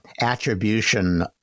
attribution